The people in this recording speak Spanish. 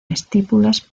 estípulas